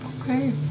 okay